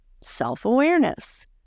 Self-awareness